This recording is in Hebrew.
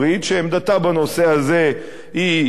שעמדתה בנושא הזה ידועה,